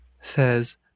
says